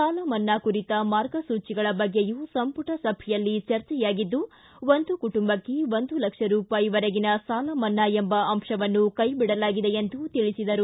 ಸಾಲಮನ್ನಾ ಕುರಿತ ಮಾರ್ಗಸೂಜಿಗಳ ಬಗ್ಗೆಯೂ ಸಂಪುಟ ಸಭೆಯಲ್ಲಿ ಚರ್ಚೆಯಾಗಿದ್ದು ಒಂದು ಕುಟುಂಬಕ್ಕೆ ಒಂದು ಲಕ್ಷ ರೂಪಾಯಿವರೆಗಿನ ಸಾಲ ಮನ್ನಾ ಎಂಬ ಅಂಶವನ್ನು ಕೈಬಿಡಲಾಗಿದೆ ಎಂದು ತಿಳಿಸಿದರು